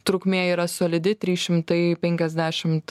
trukmė yra solidi trys šimtai penkiasdešimt